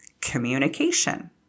communication